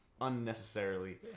Unnecessarily